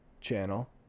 channel